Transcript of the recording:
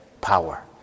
power